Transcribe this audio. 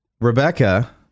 Rebecca